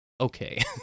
okay